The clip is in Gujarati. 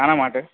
શાના માટે